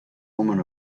woman